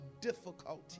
difficulty